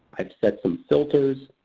i've set some filters.